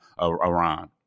Iran